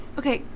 okay